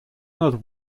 not